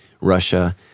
Russia